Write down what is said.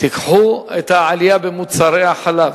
תיקחו את העלייה במחירי מוצרי החלב.